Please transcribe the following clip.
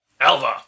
Alva